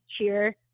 cheer